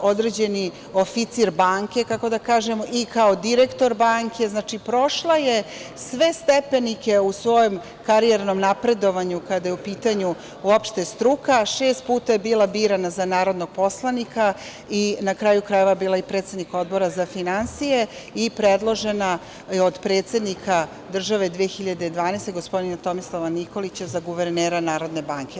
određeni oficir banke, tako da kažem, i kao direktor banke, znači prošla je sve stepenike u svojem karijernom napredovanju, kada je u pitanju uopšte struka, a šest puta je bila birana za narodnog poslanika i, na kraju krajeva, bila je i predsednik Odbora za finansije i predložena je od predsednika države 2012. godine, gospodina Tomislava Nikolića, za guvernera Narodne banke.